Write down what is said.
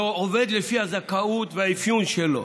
ועובד לפי הזכאות והאפיון שלו,